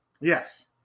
Yes